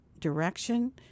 direction